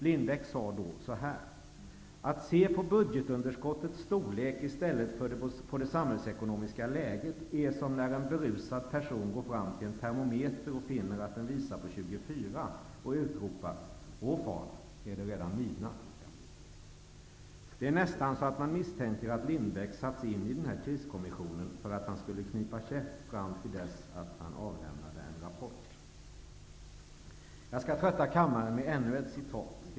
Lindbeck sade då så här: ''Att se på budgetunderskottets storlek i stället för på det samhällsekonomiska läget är som när en berusad person går fram till en termometer och finner att den visar på 24 och utropar: Å fan, är det redan midnatt!'' Det är nästan så att man misstänker att Lindbeck satts in i den här kriskommissionen för att han skulle knipa käft till dess att han avlämnade en rapport. Jag skall trötta kammaren med ännu ett citat.